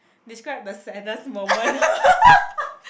describe the saddest moment